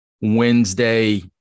Wednesday